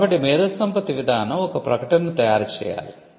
కాబట్టి మేధోసంపత్తి విధానం ఒక ప్రకటనను తయారుచేయాలి